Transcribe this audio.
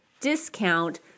discount